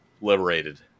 liberated